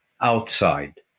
outside